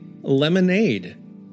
lemonade